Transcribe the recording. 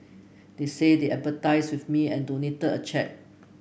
they said they with me and donated a cheque